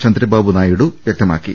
ചന്ദ്രബാബു നായിഡു വ്യക്തമാക്കി